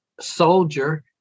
soldier